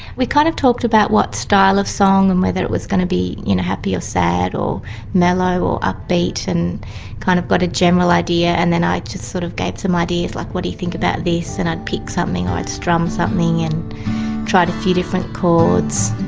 we kind of talked about what style of song and whether it was going to be you know happy or sad or mellow or upbeat, and kind of got but a general idea, and then i just sort of gave some ideas, like, what do you think about this and i'd pick something or i'd strum something and tried a few different chords.